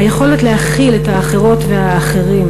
היכולת להכיל את האחרות והאחרים,